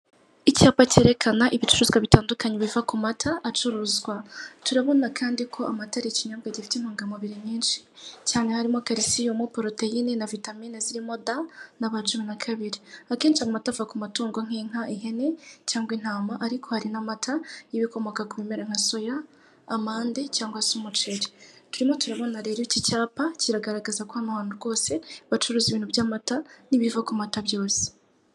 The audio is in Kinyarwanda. Icyapa cyerekana ibicuruzwa bitandukanye biva ku mata acuruzwa, turabona kandi ko amatarikinyombe gifite intungamubiri nyinshi cyane harimo; kalisiyumu, poroteyine na vitamine zirimo D cumi na kabiri akenshi amata ava ku matungo nk'inka ihene cyangwa intama ariko hari n'amata yibikomoka ku bimera nka soya, amande cyangwa se n'umuceri turimo turabona rero iki cyapa kiragaragaza ko abantu rwose bacuruza ibintu by'amata n'ibiva ku mata byose.